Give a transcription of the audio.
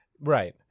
Right